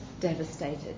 devastated